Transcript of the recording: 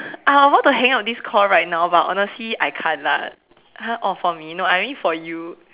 uh I want to hang up this call right now but honestly I can't lah !huh! uh for me no I mean for you